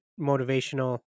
motivational